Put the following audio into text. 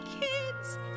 kids